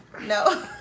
No